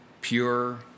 pure